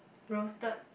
roasted